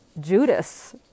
Judas